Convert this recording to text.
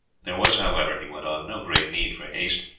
there was, however, he went on, no great need for haste.